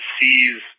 sees